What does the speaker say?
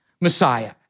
Messiah